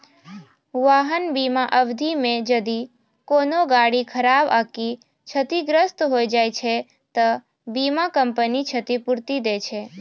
वाहन बीमा अवधि मे जदि कोनो गाड़ी खराब आकि क्षतिग्रस्त होय जाय छै त बीमा कंपनी क्षतिपूर्ति दै छै